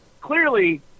clearly